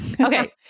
Okay